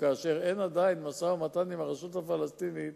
כשאין עדיין משא-ומתן עם הרשות הפלסטינית,